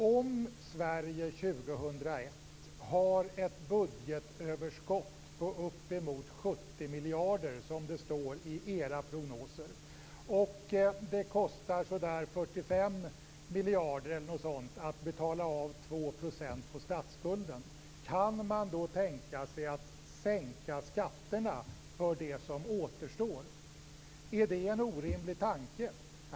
Om Sverige år 2001 har ett budgetöverskott på uppemot 70 miljarder, som det står i era prognoser, och det kostar 45 miljarder eller något sådant att betala av 2 % på statsskulden, kan man då tänka sig att sänka skatterna för det som återstår? Är det en orimlig tanke?